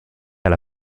alla